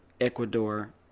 Ecuador